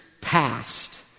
past